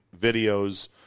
videos